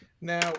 Now